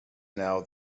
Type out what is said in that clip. now